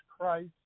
Christ